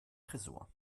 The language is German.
tresor